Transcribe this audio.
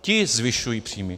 Ti zvyšují příjmy.